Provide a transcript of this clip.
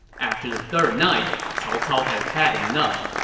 after the third night, cao cao had had enough,